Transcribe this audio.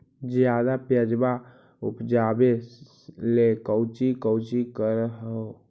ज्यादा प्यजबा उपजाबे ले कौची कौची कर हो?